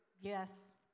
Yes